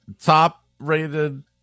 top-rated